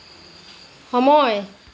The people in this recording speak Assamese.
সময়